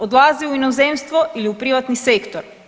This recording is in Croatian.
Odlaze u inozemstvo ili u privatni sektor.